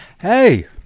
Hey